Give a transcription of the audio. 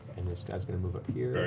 and this guy's going to move up here.